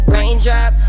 Raindrop